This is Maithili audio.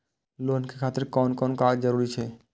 लोन के खातिर कोन कोन कागज के जरूरी छै?